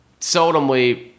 seldomly